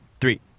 three